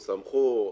שמחו,